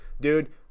Dude